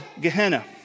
Gehenna